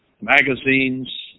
magazines